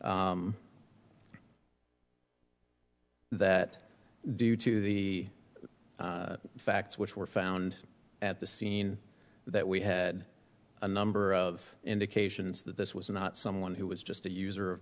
that due to the facts which were found at the scene that we had a number of indications that this was not someone who was just a user of